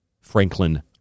Franklin